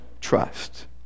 trust